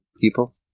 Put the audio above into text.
people